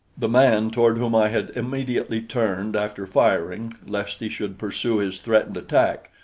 the man, toward whom i had immediately turned after firing, lest he should pursue his threatened attack,